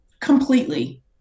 Completely